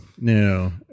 no